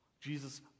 Jesus